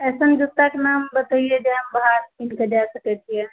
अइसन जूताके नाम बतैयै जे हम बाहर पिन्हके जाए सकै छियै